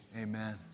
amen